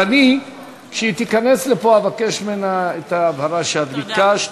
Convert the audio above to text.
כשהיא תיכנס, אבקש ממנה את ההבהרה שאת ביקשת,